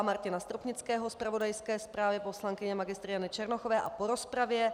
Martina Stropnického, zpravodajské zprávě poslankyně Mgr. Jany Černochové a po rozpravě